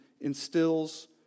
instills